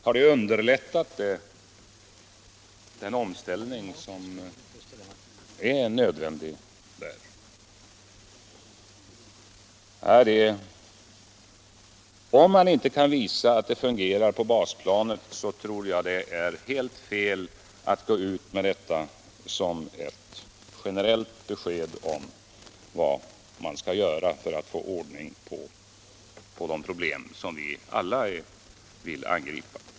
Har de underlättat den omställning som varit nödvändig där? Om man inte kan visa att det fungerar på basplanet, så tror jag det är helt fel att gå ut med detta som ett generellt besked om vad man skall göra för att få ordning på de problem som vi alla vill angripa.